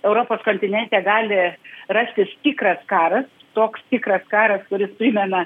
europos kontinente gali rastis tikras karas toks tikras karas kuris primena